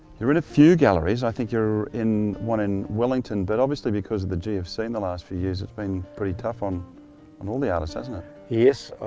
you're in a few galleries. i think you're in one in wellington, but obviously because of the gfc in the last few years, it's been pretty tough on and all the artists hasn't it? yes,